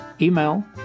Email